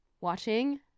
watching